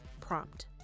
prompt